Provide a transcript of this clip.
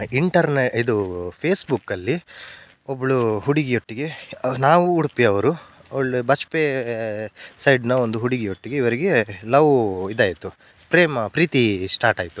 ಇಂಟರ್ನೆ ಇದು ಫೇಸ್ಬುಕ್ಕಲ್ಲಿ ಒಬ್ಬಳು ಹುಡುಗಿಯೊಟ್ಟಿಗೆ ನಾವು ಉಡುಪಿಯವ್ರು ಅವಳು ಬಜ್ಪೆ ಸೈಡ್ನ ಒಂದು ಹುಡುಗಿಯೊಟ್ಟಿಗೆ ಇವರಿಗೆ ಲವ್ ಇದಾಯಿತು ಪ್ರೇಮ ಪ್ರೀತಿ ಸ್ಟಾರ್ಟಾಯಿತು